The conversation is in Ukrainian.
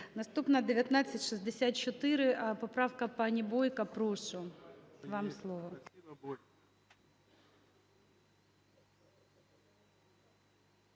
Наступна 1964, поправка пані Бойко. Прошу, вам слово.